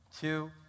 two